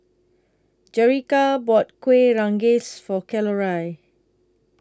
Jerrica bought Kueh Rengas For Coralie